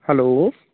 hello